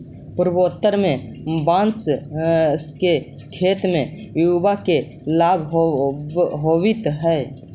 पूर्वोत्तर में बाँस के खेत से युवा के लाभ होवित हइ